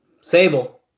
Sable